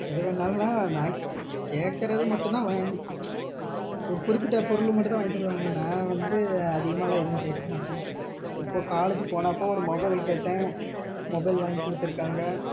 எது வேணும்னாலுன்னா நான் கேக்கிறது மட்டும்தான் வாங்கி ஒரு குறிப்பிட்ட பொருள் மட்டும்தான் வாங்கி தருவாங்க நான் வந்து அதிகமாகலாம் எதுவும் கேட்க மாட்டேன் இப்போது காலேஜி போனப்போ ஒரு மொபைல் கேட்டேன் மொபைல் வாங்கி கொடுத்துருக்காங்க